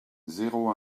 zéro